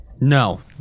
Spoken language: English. No